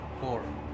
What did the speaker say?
four